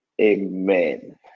Amen